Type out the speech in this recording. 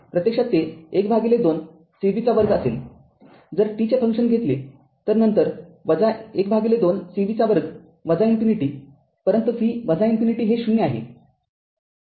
प्रत्यक्षात ते १२ cv२ असेल जर t चे फंक्शन घेतले तरनंतर १२ cv२ इन्फिनिटी परंतु v इन्फिनिटी हे ० आहे